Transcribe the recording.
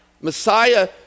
Messiah